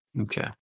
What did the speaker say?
Okay